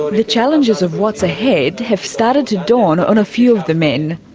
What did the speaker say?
ah the challenges of what's ahead have started to dawn on a few of the men,